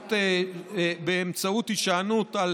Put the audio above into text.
באמצעות הישענות על